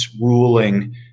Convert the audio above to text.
ruling